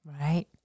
Right